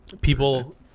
People